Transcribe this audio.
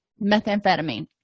methamphetamine